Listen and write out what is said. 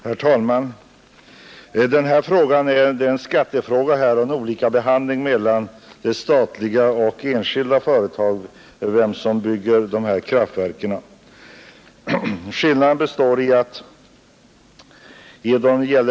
Herr talman! Den här frågan gäller olikheten i beskattningshänseende mellan statliga och enskilda kraftverksföretag.